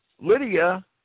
Lydia